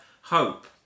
hope